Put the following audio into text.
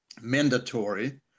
mandatory